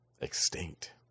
extinct